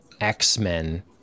x-men